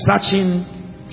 searching